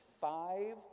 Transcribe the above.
five